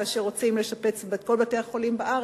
כאשר רוצים לשפץ את כל בתי-החולים בארץ,